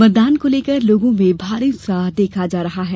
मतदान को लेकर लोगों में भारी उत्साह देखा जा रहा है